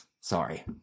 sorry